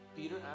Peter